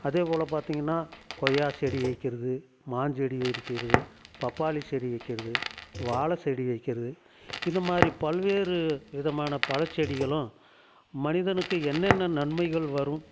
அதே போல பார்த்திங்கன்னா கொய்யா செடி வைக்கிறது மாஞ்செடி வைக்கிறது பப்பாளி செடி வைக்கிறது வாழை செடி வைக்கிறது இந்த மாதிரி பல்வேறு விதமான பழ செடிகளும் மனிதனுக்கு என்னென்ன நன்மைகள் வரும்